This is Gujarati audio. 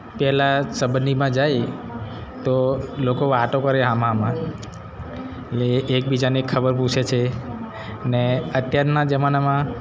પહેલાં સબંધીમાં જાઈ તો લોકો વાતો કરે સામાં સામાં એટલે એકબીજાને ખબર પૂછે છે ને અત્યારના જમાનામાં